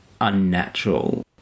unnatural